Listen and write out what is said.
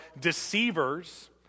deceivers